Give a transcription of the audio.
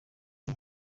ati